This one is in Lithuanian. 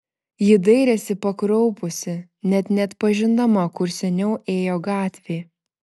ji dairėsi pakraupusi net neatpažindama kur seniau ėjo gatvė